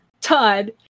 Todd